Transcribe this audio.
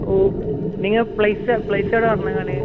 നിങ്ങൾ place place എവിടെന്ന് പറഞ്ഞ് ഞ്ഞാല്